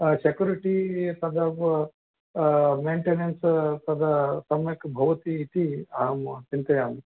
security तद् maintenance तद् सम्यक् भवति इति अहं चिन्तयामि